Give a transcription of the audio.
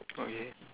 okay